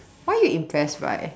what are you impressed by